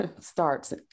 starts